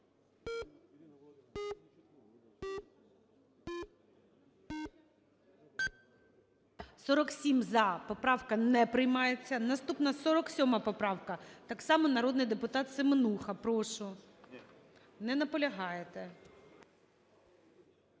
За-47 Поправка не приймається. Наступна 47 поправка. Так само народний депутатСеменуха. Прошу. 13:13:08